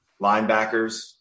Linebackers